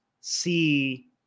see